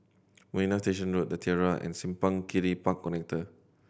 Marina Station Road The Tiara and Simpang Kiri Park Connector